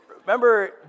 Remember